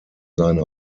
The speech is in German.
seine